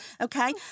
Okay